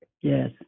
Yes